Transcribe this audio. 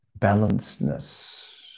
balancedness